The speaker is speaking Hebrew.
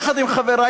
יחד עם חברי,